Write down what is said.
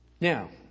Now